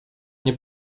nie